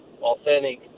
authentic